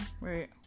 Right